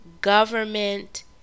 government